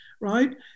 right